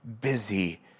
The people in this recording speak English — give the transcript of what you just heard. busy